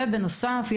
בנוסף,